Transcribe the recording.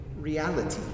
reality